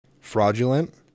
fraudulent